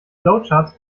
flowcharts